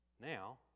now